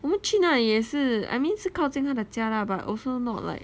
我们去那里也是 I mean 是靠近她的家 lah but also not like